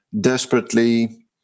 desperately